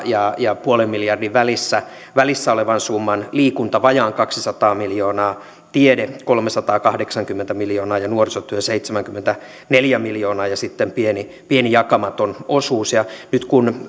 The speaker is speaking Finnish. ja nolla pilkku viiden miljardin välissä välissä olevan summan liikunta vajaan kaksisataa miljoonaa tiede kolmesataakahdeksankymmentä miljoonaa ja nuorisotyö seitsemänkymmentäneljä miljoonaa ja sitten on pieni jakamaton osuus nyt kun